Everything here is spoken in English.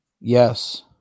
Yes